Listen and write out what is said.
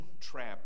trap